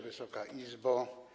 Wysoka Izbo!